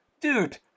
Dude